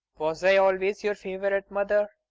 was i always your favourite, mother?